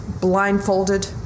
blindfolded